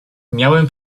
miałem